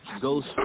ghost